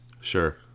sure